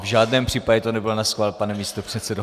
V žádném případě to nebylo naschvál, pane místopředsedo.